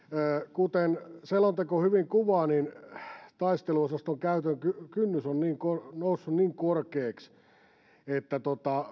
kuten selonteko hyvin kuvaa niin taisteluosaston käytön kynnys on noussut niin korkeaksi että